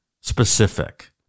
specific